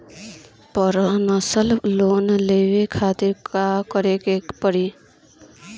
Personal loan लेवे खातिर का करे के पड़ी?